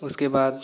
उसके बाद